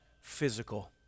physical